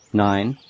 nine.